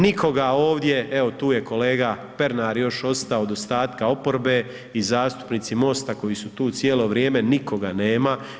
Nikoga ovdje, evo tu je kolega Pernar još ostao od ostatka oporbe i zastupnici MOST-a koji su tu cijelo vrijeme, nikoga nema.